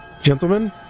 gentlemen